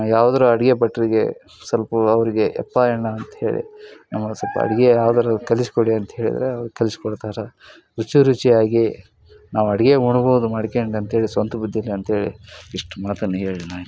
ಯಾವ್ದರ ಅಡುಗೆ ಭಟ್ಟರಿಗೆ ಸಲ್ಪ ಅವರಿಗೆ ಅಪ್ಪ ಅಣ್ಣ ಅಂತೇಳಿ ನಮ್ಗೆ ಸ್ವಲ್ಪ ಅಡುಗೆ ಯಾವ್ದಾದ್ರು ಕಲಿಸಿಕೊಡಿ ಅಂತ ಹೇಳಿದರೆ ಅವ್ರು ಕಲಿಸ್ಕೊಡ್ತಾರೆ ರುಚಿ ರುಚಿಯಾಗಿ ನಾವು ಅಡುಗೆ ಉಣ್ಬೋದು ಮಾಡ್ಕ್ಯಂಡು ಅಂತೇಳಿ ಸ್ವಂತ ಬುದ್ಧೀಲಿ ಅಂತೇಳಿ ಇಷ್ಟು ಮಾತನ್ನು ಹೇಳಿ ನಾನು